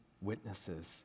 witnesses